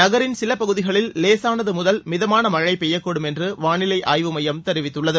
நகரின் சில பகுதிகளில் லேசானது முதல் மிதமான மழை பெய்யக் கூடும் என்று வானிலை மையம் தெரிவித்துள்ளது